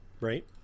right